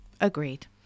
Agreed